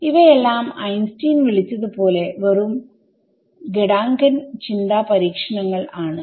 ഇവയെല്ലാം ഐൻസ്റ്റീൻവിളിച്ചത് പോലെ വെറും ഗെടാങ്കൻചിന്താ പരീക്ഷണങ്ങൾ ആണ്